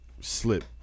slip